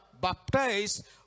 baptized